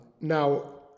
Now